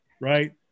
right